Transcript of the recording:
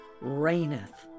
reigneth